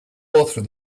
through